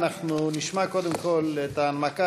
מירב בן ארי,